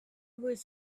was